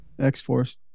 x-force